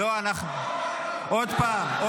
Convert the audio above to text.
עוד פעם.